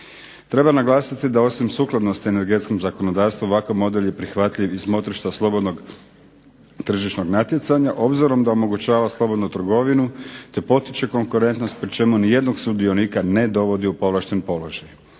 Treba naglasiti da osim sukladnosti energetskom zakonodavstvu ovakav model je prihvatljiv iz motrišna slobodnog tržišnog natjecanja obzirom da omogućava slobodu trgovinu te potiće konkurentnost pri čemu ni jednog sudionika ne dovodi u povlašten položaj.